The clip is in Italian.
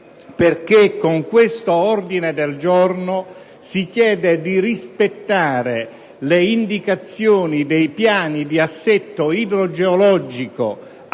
rischio. Con quest'ordine del giorno si chiede infatti di rispettare le indicazioni dei piani di assetto idrogeologico